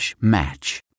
match